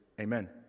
amen